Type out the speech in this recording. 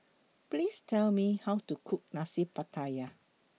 Please Tell Me How to Cook Nasi Pattaya